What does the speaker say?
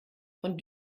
von